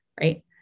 right